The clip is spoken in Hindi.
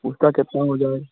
उसका कितना हो जाएगा